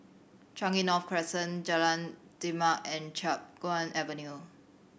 Changi North Crescent Jalan Demak and Chiap Guan Avenue